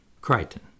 Crichton